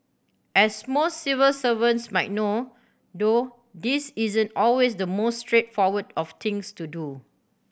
as most civil servants might know though this isn't always the most straightforward of things to do